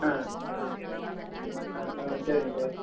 ஆ ஆ ஆ ம் சரிங்க சார்